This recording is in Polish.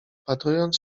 wpatrując